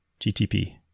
GTP